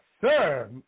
sir